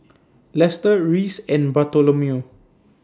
Lester Reece and Bartholomew